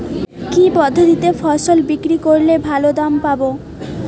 কি পদ্ধতিতে ফসল বিক্রি করলে ভালো দাম পাব?